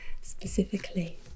specifically